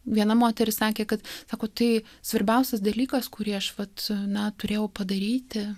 viena moteris sakė kad sako tai svarbiausias dalykas kurį aš vat na turėjau padaryti